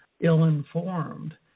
ill-informed